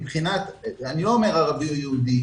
אני לא אומר ערבי או יהודי,